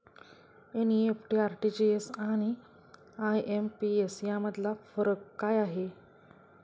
NEFT, RTGS आणि IMPS यामधील फरक काय आहे?